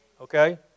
Okay